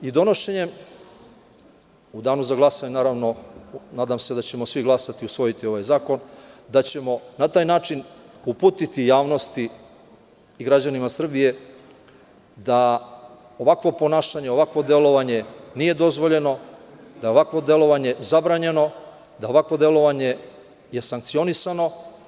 Donošenjem ovog zakona u danu za glasanje naravno, nadam se da ćemo svi glasati i usvojiti ovaj zakon, da ćemo na taj način uputiti javnosti i građanima Srbije da ovakvo ponašanje, ovakvo delovanje nije dozvoljeno, da je ovakvo delovanja zabranjeno, da ovakvo delovanje je sankcionisano.